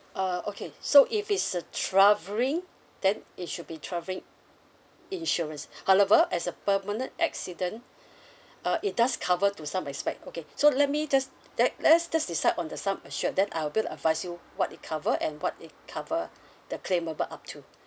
uh okay so if is a travelling then it should be travelling insurance however as a permanent accident uh it does cover to some aspect okay so let me just let let us just decide on the sum assured then I'll be able to advise you what it cover and what it cover the claimable up to